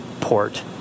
port